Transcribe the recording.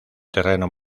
terreno